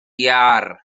iâr